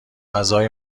غذای